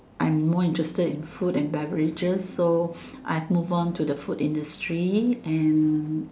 I am more interested in food and beverages so I have move on to the food industries and